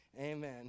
Amen